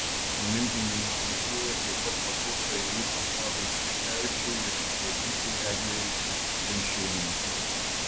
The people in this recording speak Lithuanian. olimpiniai normatyvai taip pat pakluso ėjikui tadui šuškevičiui ir bėgikei eglei staišiūnaitei